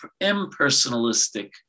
impersonalistic